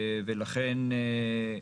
תודה רבה.